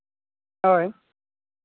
ᱦᱳᱭ